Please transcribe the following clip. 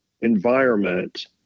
environment